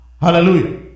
Hallelujah